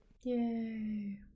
Yay